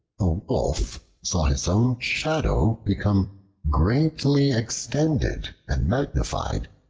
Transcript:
a wolf saw his own shadow become greatly extended and magnified,